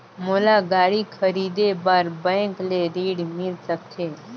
मोला गाड़ी खरीदे बार बैंक ले ऋण मिल सकथे?